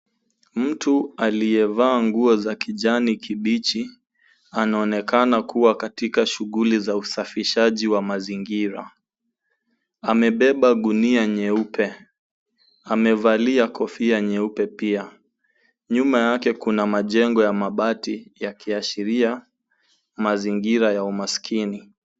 Mtu aliyevaa nguo za kijani kibichi anaonekana kuwa katika shuguli za usafishaji wa mazingira. Amebeba gunia nyeupe, amevalia kofia nyeupe pia. Nyuma yake kuna majengo ya mabati yakiashiria mazingira ya umaskini.